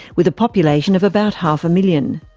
with a population of about half a million.